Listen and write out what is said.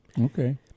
Okay